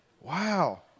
wow